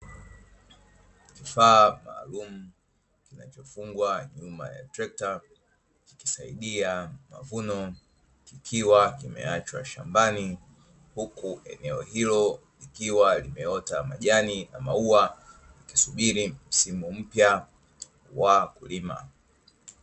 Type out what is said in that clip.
Kifaa maalumu kinachofungwa nyuma ya trekta kikisaidia mavuno, kikiwa kimeachwa shambani huku eneo hilo likiwa limeota majani na maua, likisubiri msimu mpya wa kulima.